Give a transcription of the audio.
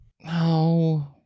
No